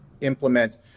implement